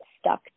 stuck